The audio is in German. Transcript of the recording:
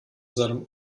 seinem